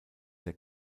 der